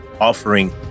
offering